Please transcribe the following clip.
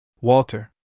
Walter